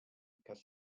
because